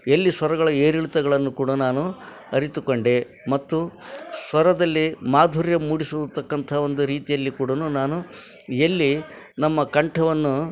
ಎಲ್ಲಿ ಸ್ವರಗಳ ಏರಿಳಿತಗಳನ್ನು ಕೂಡ ನಾನು ಅರಿತುಕೊಂಡೆ ಮತ್ತು ಸ್ವರದಲ್ಲಿ ಮಾಧುರ್ಯ ಮೂಡಿಸತಕ್ಕಂಥ ಒಂದು ರೀತಿಯಲ್ಲಿ ಕೂಡ ನಾನು ಎಲ್ಲಿ ನಮ್ಮ ಕಂಠವನ್ನು